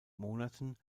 monaten